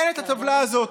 אין את הטבלה הזאת,